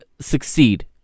succeed